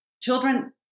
children